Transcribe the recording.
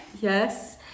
Yes